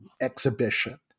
exhibition